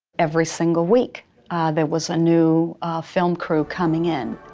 every single week there was a new film crew coming in.